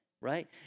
right